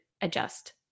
adjust